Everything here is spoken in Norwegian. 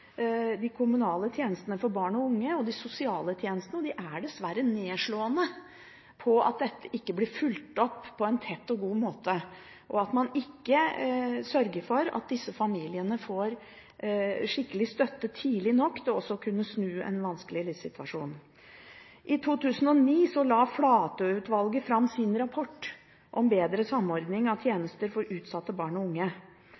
de kommunale tjenestene for barn og unge og de sosiale tjenestene, og de er dessverre nedslående, ved at dette ikke blir fulgt opp på en tett og god måte, og at man ikke sørger for at disse familiene får støtte tidlig nok til å kunne snu en vanskelig livssituasjon. I 2009 la Flatø-utvalget fram sin rapport om bedre samordning av tjenester for utsatte barn og unge.